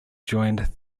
joined